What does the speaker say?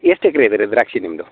ಎಷ್ಟು ಎಕ್ರೆ ಇದೆ ರೀ ದ್ರಾಕ್ಷಿ ನಿಮ್ಮದು